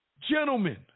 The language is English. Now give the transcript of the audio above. Gentlemen